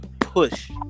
push